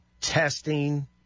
testing